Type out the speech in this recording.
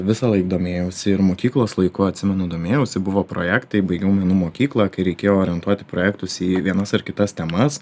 visąlaik domėjausi ir mokyklos laiku atsimenu domėjausi buvo projektai baigiau menų mokyklą kai reikėjo orientuoti projektus į vienas ar kitas temas